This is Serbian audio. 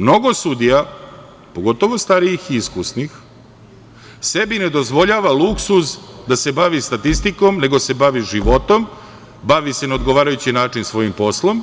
Mnogo sudija, pogotovo starijih i iskusnih sebi ne dozvoljava luksuz da se bavi statistikom, nego se bavi životom, bavi se na odgovarajući način svojim poslom